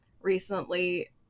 recently